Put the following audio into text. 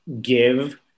give